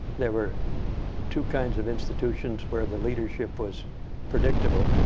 there were two kinds of institutions where the leadership was predictable.